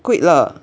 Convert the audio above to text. quit 了